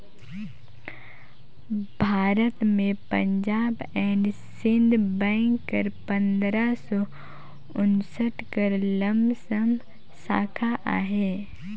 भारत में Punjab and Sind bank कर पंदरा सव उन्सठ कर लमसम साखा अहे